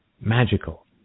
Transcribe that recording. magical